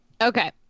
Okay